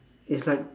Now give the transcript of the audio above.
it's like